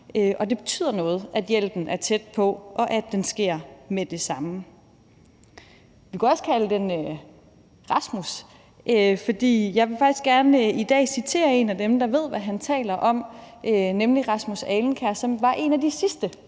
Det betyder noget, at hjælpen er tæt på, og at den kommer med det samme. Vi kunne også kalde personen Rasmus, for jeg vil faktisk gerne i dag citere en af dem, der ved, hvad han taler om, nemlig Rasmus Alenkær, som var en af de sidste,